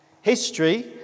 History